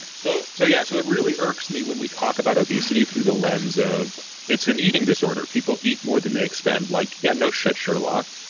so so yeah so it really irks me when we talk about obesity through the lens of it's an eating disorder. people eat more than they expend. like, yeah, no shit, sherlock.